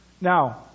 Now